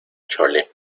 chole